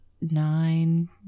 nine